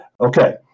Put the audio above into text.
Okay